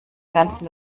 ganzen